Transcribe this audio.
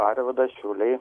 arvydas šiauliai